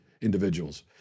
individuals